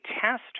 test